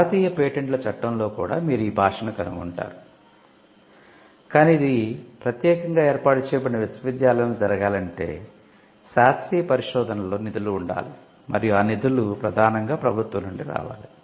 భారతీయ పేటెంట్ల చట్టంలో కూడా మీరు ఈ భాషను కనుగొంటారు కాని ఇది ప్రత్యేకంగా ఏర్పాటు చేయబడిన విశ్వవిద్యాలయంలో జరగాలంటే శాస్త్రీయ పరిశోధనలో నిధులు ఉండాలి మరియు ఆ నిధులు ప్రధానంగా ప్రభుత్వం నుండి రావాలి